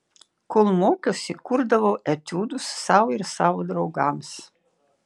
kol mokiausi kurdavau etiudus sau ir savo draugams